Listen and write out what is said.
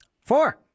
Four